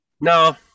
no